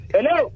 Hello